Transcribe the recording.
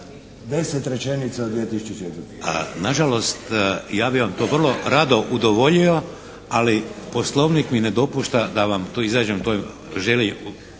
Vladimir (HDZ)** A nažalost ja bih vam to vrlo rado udovoljio, ali Poslovnik mi ne dopušta da vam to izađem, želi,